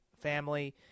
family